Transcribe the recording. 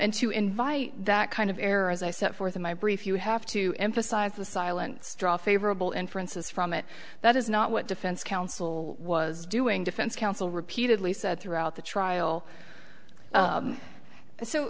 and to invite that kind of error as i set forth in my brief you have to emphasize the silence draw favorable inferences from it that is not what defense counsel was doing defense counsel repeatedly said throughout the trial